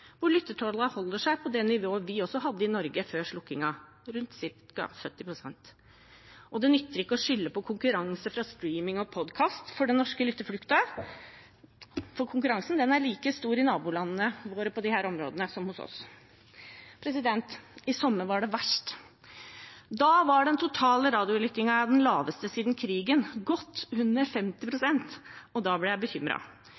hvor lyttertallene holder seg på det nivået vi hadde også i Norge før slukkingen: ca. 70 pst. Og det nytter ikke å skylde på konkurranse fra «streaming» og podkast for den norske lytterflukten, for konkurransen er like stor i nabolandene våre som hos oss på disse områdene. I sommer var det verst. Da var den totale radiolyttingen på sitt laveste siden krigen, godt under 50